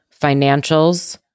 financials